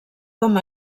com